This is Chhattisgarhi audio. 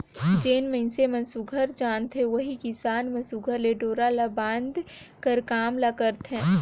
जेन मइनसे मन सुग्घर जानथे ओही किसान मन सुघर ले डोरा ल बांधे कर काम ल करे सकथे